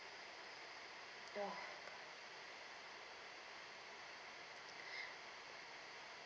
ya